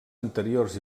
anteriors